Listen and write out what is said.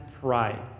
pride